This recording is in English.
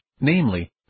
namely